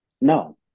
No